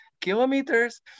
kilometers